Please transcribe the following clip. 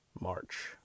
March